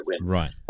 Right